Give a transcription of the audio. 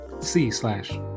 C/slash